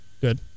Good